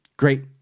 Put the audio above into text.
Great